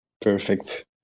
perfect